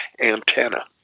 antenna